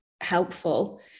helpful